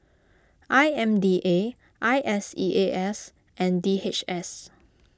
I M D A I S E A S and D H S